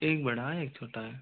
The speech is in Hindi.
एक बड़ा है एक छोटा है